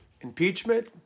Impeachment